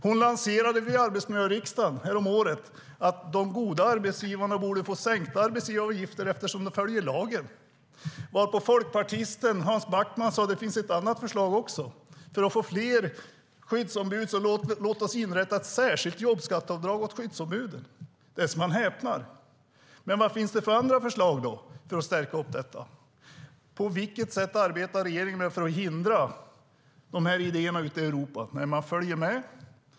Hon lanserade vid arbetsmiljöriksdagen häromåret att de goda arbetsgivarna borde få sänkta arbetsgivaravgifter eftersom de följer lagen. Folkpartisten Hans Backman hade ett annat förslag. För att få fler skyddsombud bör vi inrätta ett särskilt jobbskattavdrag för skyddsombud. Man häpnar! Vad finns det för andra förslag för att stärka detta? Arbetar regeringen för att förhindra dessa idéer i Europa? Nej, man följer med.